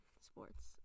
sports